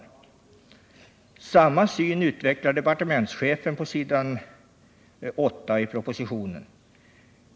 På s. 8 i propositionen ger departmentschefen uttryck för samma synsätt.